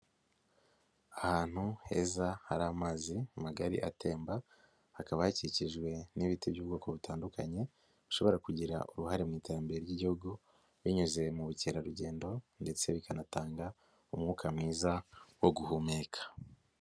Ahantu heza hari amazi magari atemba hakaba hakikijwe n'ibiti by'ubwoko butandukanye bishobora kugira uruhare mu iterambere ry'Igihugu binyuze mu bukerarugendo ndetse bikanatanga umwuka mwiza wo guhumeka.